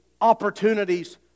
opportunities